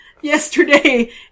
yesterday